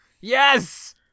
yes